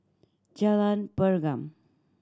Jalan Pergam